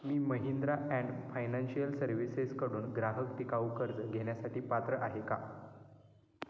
me Mahindra and financial सर्व्हिसेसकडून ग्राहक टिकाऊ कर्ज घेण्यासाठी पात्र आहे का